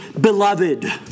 beloved